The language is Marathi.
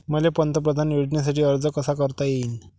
मले पंतप्रधान योजनेसाठी अर्ज कसा कसा करता येईन?